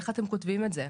איך אתם כותבים את זה?".